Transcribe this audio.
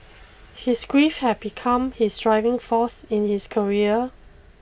his grief had become his driving force in his career